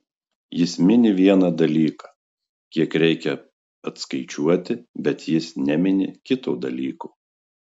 jis mini vieną dalyką kiek reikia atskaičiuoti bet jis nemini kito dalyko